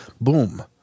boom